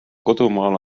kodumaal